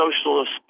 Socialist